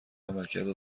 عملکرد